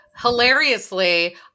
hilariously